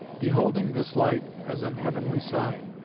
beholding this light as an heavenly sign.